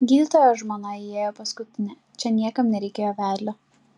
gydytojo žmona įėjo paskutinė čia niekam nereikėjo vedlio